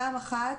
פעם אחת,